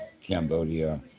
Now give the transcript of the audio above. Cambodia